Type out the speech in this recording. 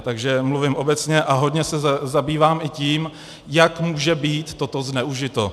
Takže mluvím obecně a hodně se zabývám i tím, jak může být toto zneužito.